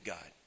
God